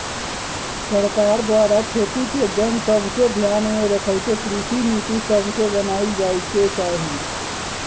सरकार द्वारा खेती के जन सभके ध्यान में रखइते कृषि नीति सभके बनाएल जाय के चाही